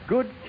Good